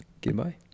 goodbye